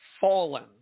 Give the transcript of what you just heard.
fallen